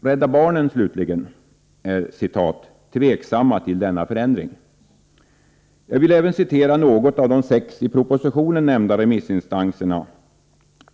Rädda Barnen slutligen ”är tveksamma till denna förändring”. Jag vill även citera något av vad de sex i propositionen nämnda remissinstanserna har framhållit.